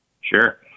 Sure